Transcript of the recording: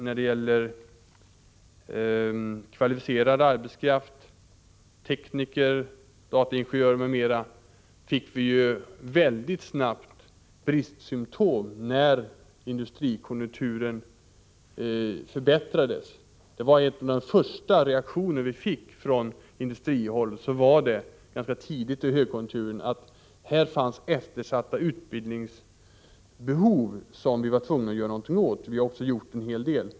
När det gäller kvalificerad arbetskraft — tekniker, dataingenjörer, m.m. — fick vi mycket snabbt bristsymptom när industrikonjunkturen förbättrades. En av de första reaktionerna vi fick från industrihåll, tidigt i högkonjunkturen, var att det fanns eftersatta utbildningsbehov. Vi var tvungna att göra någonting åt det. Vi har också gjort en hel del.